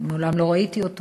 מעולם לא ראיתי אותו